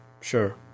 sure